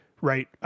right